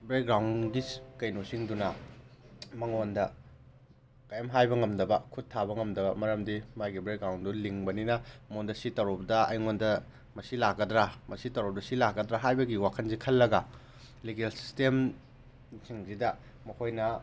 ꯕꯦꯛꯒ꯭ꯔꯥꯎꯟꯒꯤ ꯀꯩꯅꯣꯁꯤꯡꯗꯨꯅ ꯃꯉꯣꯟꯗ ꯀꯩꯝ ꯍꯥꯏꯕ ꯉꯝꯗꯕ ꯈꯨꯠ ꯊꯥꯕ ꯉꯝꯗꯕ ꯃꯔꯝꯗꯤ ꯃꯥꯒꯤ ꯕꯦꯛꯒ꯭ꯔꯥꯎꯟꯗꯣ ꯂꯤꯡꯕꯅꯤꯅ ꯃꯉꯣꯟꯗ ꯁꯤ ꯇꯧꯔꯨꯕꯗ ꯑꯩꯉꯣꯟꯗ ꯃꯁꯤ ꯂꯥꯛꯀꯗ꯭ꯔꯥ ꯃꯁꯤ ꯇꯧꯔꯨꯕꯗ ꯁꯤ ꯂꯥꯛꯀꯗ꯭ꯔꯥ ꯍꯥꯏꯕꯒꯤ ꯋꯥꯈꯜꯁꯤ ꯈꯜꯂꯒ ꯂꯤꯒꯦꯜ ꯁꯤꯁꯇꯦꯝꯁꯤꯡꯁꯤꯗ ꯃꯈꯣꯏꯅ